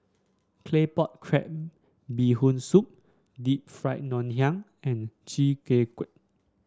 Claypot Crab Bee Hoon Soup Deep Fried Ngoh Hiang and Chi Kak Kuih